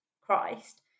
Christ